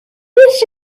this